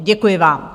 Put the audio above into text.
Děkuji vám.